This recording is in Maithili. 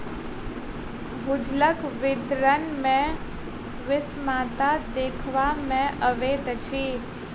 भूजलक वितरण मे विषमता देखबा मे अबैत अछि